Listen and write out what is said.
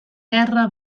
guerra